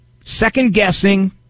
second-guessing